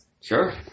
Sure